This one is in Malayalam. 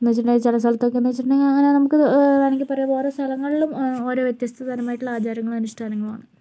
എന്ന് വെച്ചിട്ടുണ്ടെങ്കിൽ ചില സ്ഥലത്തൊക്കെ എന്ന് വെച്ചിട്ടുണ്ടെങ്കിൽ അങ്ങനെ നമുക്ക് വേണമെങ്കിൽ പറയാം ഓരോ സ്ഥലങ്ങളിലും ഓരോ വ്യത്യസ്തതരമായിട്ടുള്ള ആചാരങ്ങളും അനുഷ്ഠാനങ്ങളും ആണ്